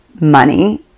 money